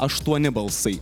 aštuoni balsai